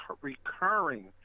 recurring